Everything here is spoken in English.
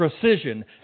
precision